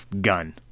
gun